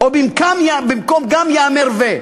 או "במקום גם יאמר ו-".